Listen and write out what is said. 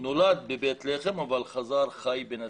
נולד בבית לחם אבל חי בנצרת.